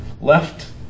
left